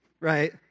Right